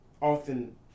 often